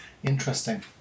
Interesting